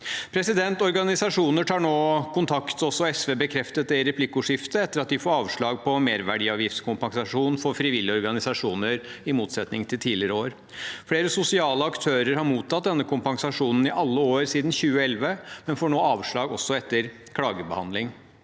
mange. Organisasjoner tar nå kontakt, og SV bekreftet det også i replikkordskiftet, etter at de får avslag på merverdiavgiftskompensasjon for frivillige organisasjoner – i motsetning til tidligere år. Flere sosiale aktører har mottatt denne kompensasjonen i alle år siden 2011, men får nå avslag også etter klagebehandling.